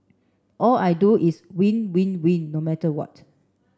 all I do is win win win no matter what